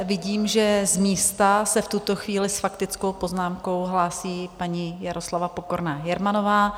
Vidím, že z místa se v tuto chvíli s faktickou poznámkou hlásí paní Jaroslava Pokorná Jermanová.